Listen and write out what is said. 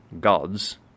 gods